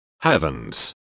Heavens